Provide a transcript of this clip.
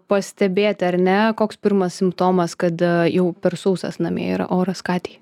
pastebėti ar ne koks pirmas simptomas kada jau per sausas namie yra oras katei